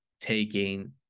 taking